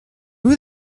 who